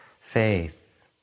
faith